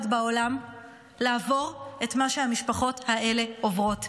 בעולם לעבור את מה שהמשפחות האלה עוברות,